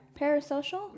Parasocial